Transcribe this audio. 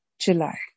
July